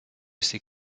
ces